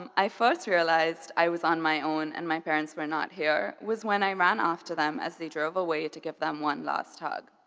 um i first realized i was on my own and my parents were not here was when i ran after them as they drove away to give them one last hug.